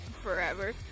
Forever